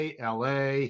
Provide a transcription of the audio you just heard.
LA